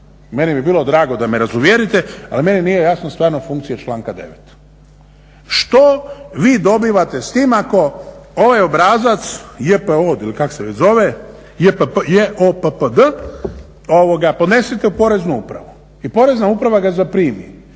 meni bi bilo drago da me razuvjerite. Ali meni nije jasna stvarno funkcija članka 9. Što vi dobivate s tim ako ovaj obrazac JPO ili kak' se već zove, JOPPD podnesete u Poreznu upravu. I Porezna uprava ga zaprimi,